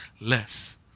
less